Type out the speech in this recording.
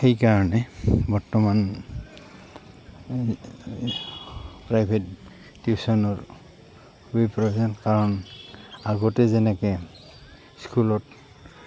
সেইকাৰণে বৰ্তমান প্ৰাইভেট টিউশ্যনৰ হয় প্ৰয়োজন কাৰণ আগতে যেনেকৈ স্কুলত